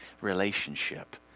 relationship